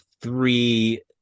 three